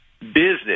business